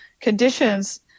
conditions